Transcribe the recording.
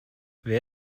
wer